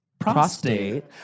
Prostate